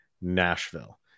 Nashville